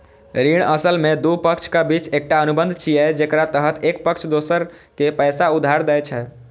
ऋण असल मे दू पक्षक बीच एकटा अनुबंध छियै, जेकरा तहत एक पक्ष दोसर कें पैसा उधार दै छै